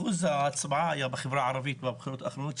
אחוז ההצבעה בחברה הערבית בבחירות האחרונות היה